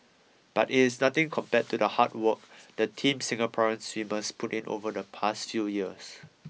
but it's nothing compared to the hard work the team Singapore swimmers put in over the past few years